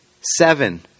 seven